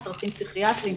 צרכים פסיכיאטריים,